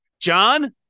John